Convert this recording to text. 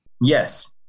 Yes